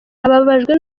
ababajwe